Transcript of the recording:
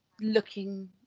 looking